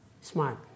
Smart